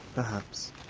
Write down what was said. perhaps.